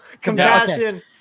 Compassion